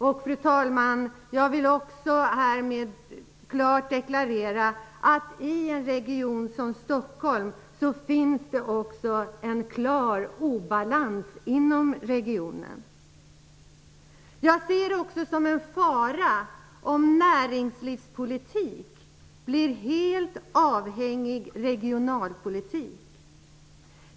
Och, fru talman, jag vill härmed klart deklarera att det i en region som Stockholm också finns en klar obalans inom regionen. Jag ser det också som en fara om näringslivspolitik blir helt avhängig regionalpolitik.